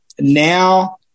now